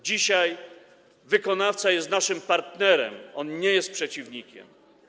Dzisiaj wykonawca jest naszym partnerem, on nie jest przeciwnikiem.